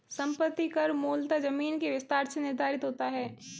संपत्ति कर मूलतः जमीन के विस्तार से निर्धारित होता है